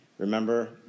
Remember